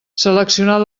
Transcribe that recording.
seleccionar